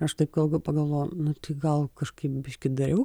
aš taip kalbu pagalvojau nu tai gal kažkaip biškį dariau